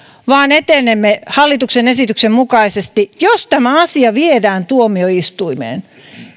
vaan etenemme hallituksen esityksen mukaisesti jos tämä asia viedään tuomioistuimeen